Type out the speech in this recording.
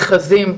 ומתחזים.